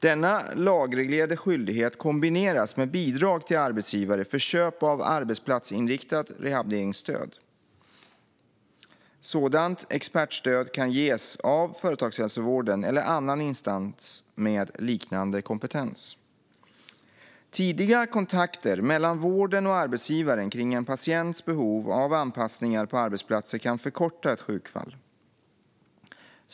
Denna lagreglerade skyldighet kombineras med bidrag till arbetsgivare för köp av arbetsplatsinriktat rehabiliteringsstöd. Sådant expertstöd kan ges av företagshälsovården eller annan instans med liknande kompetens. Tidiga kontakter mellan vården och arbetsgivaren kring en patients behov av anpassningar på arbetsplatser kan förkorta ett sjukfall.